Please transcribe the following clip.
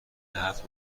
هفت